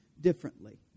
differently